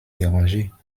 déranger